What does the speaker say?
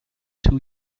two